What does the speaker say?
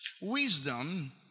Wisdom